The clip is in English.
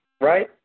right